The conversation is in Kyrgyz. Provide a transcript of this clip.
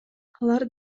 алар